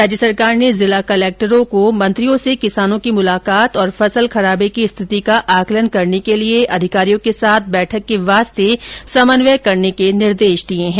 राज्य सरकार ने जिला कलेक्टरों को मंत्रियों से किसानों की मुलाकात और फसल खराबें की स्थिति का आंकलन करने के लिए अधिकारियों के साथ बैठक के वास्ते समन्वय करने के निर्देश दिए है